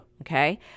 Okay